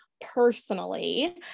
personally